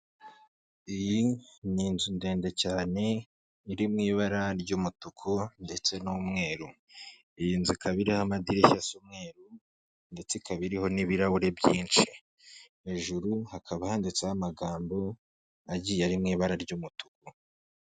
Iyi ni inzu ndende cyane iri mu ibara ry'umutuku ndetse n'umweru, iyi nzu ikaba y'amadirishya z'umweru ndetse ikaba iriho n'ibirahure byinshi, hejuru hakaba handitseho amagambo agiye ari mu ibara ry'umutuku.